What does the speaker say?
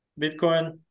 Bitcoin